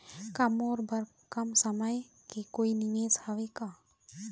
का मोर बर कम समय के कोई निवेश हावे का?